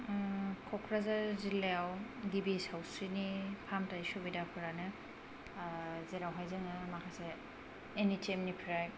ओ क'क्राझार जिल्लायाव गिबि सावस्रिनि फाहामथाय सुबिदाफोरानो ओ जेरावहाय जोङो माखासे एन इच एम निफ्राय